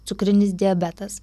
cukrinis diabetas